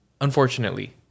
unfortunately